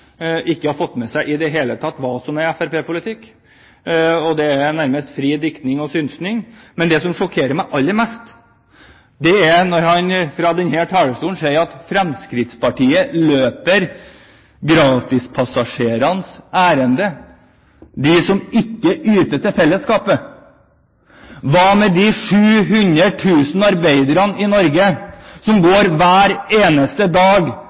med nærmest fri diktning og synsing. Men det som sjokkerer meg aller mest, er at han fra denne talerstolen sier at Fremskrittspartiet løper gratispassasjerenes ærend, ærendet til dem som ikke yter til fellesskapet. Hva med de 700 000 arbeiderne i Norge som hver eneste dag